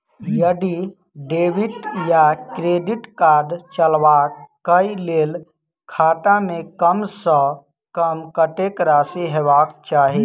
यदि डेबिट वा credit card चलबाक कऽ लेल खाता मे कम सऽ कम कत्तेक राशि हेबाक चाहि?